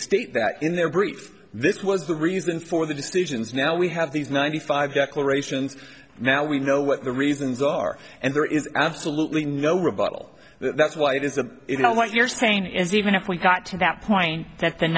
state that in their brief this was the reason for the decisions now we have these ninety five declarations now we know what the reasons are and there is absolutely no rebuttal that's why it is a you know what you're saying is even if we got to that point t